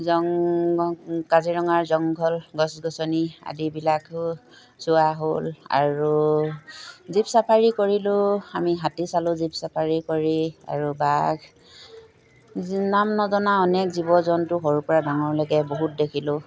কাজিৰঙাৰ জংঘল গছ গছনি আদিবিলাকো চোৱা হ'ল আৰু জীপ চাফাৰী কৰিলোঁ আমি হাতী চালোঁ জীপ চাফাৰী কৰি আৰু বাঘ নাম নজনা অনেক জীৱ জন্তু সৰুৰপৰা ডাঙৰৰলৈকে বহুত দেখিলোঁ